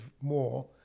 more